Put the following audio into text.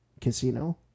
casino